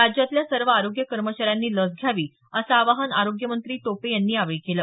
राज्यातल्या सर्व आरोग्य कर्मचाऱ्यांनी लस घ्यावी असं आवाहन आरोग्य मंत्री टोपे यांनी यावेळी केलं